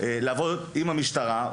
לעבוד עם המשטרה.